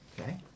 okay